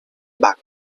back